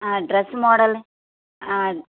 dress model